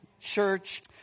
Church